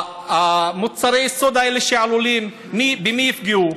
מוצרי היסוד האלה שעולים, במי יפגעו?